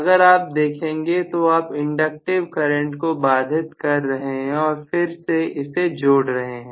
अगर आप देखेंगे तो आप इंडक्टिव करंट को बाधित कर रहे हैं और फिर से इसे जोड़ रहे हैं